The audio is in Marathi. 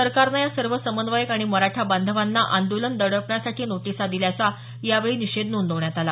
सरकारनं या सर्व समन्वयक आणि मराठा बांधवांना आंदोलन दडपण्यासाठी नोटिसा दिल्याचा यावेळी निषेध नोंदवण्यात आला